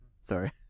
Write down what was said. Sorry